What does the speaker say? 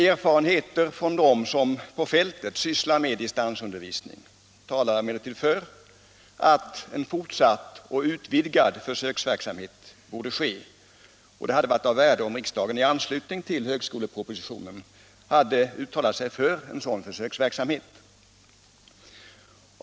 Erfarenheterna från dem som på fältet sysslar med distansundervisning talar emellertid för att en fortsatt och utvidgad försöksverksamhet borde ske, och det hade varit av värde om riksdagen i anslutning till högskolepropositionen hade uttalat sig för en sådan försöksverksamhet.